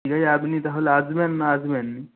ঠিক আছে আপনি তাহলে আসবেন না আসবেন না